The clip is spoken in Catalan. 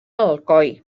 alcoi